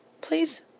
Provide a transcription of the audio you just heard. Please